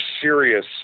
serious